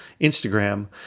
Instagram